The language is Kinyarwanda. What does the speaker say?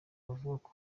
bavuga